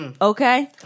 Okay